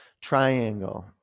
triangle